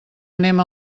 anem